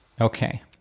Okay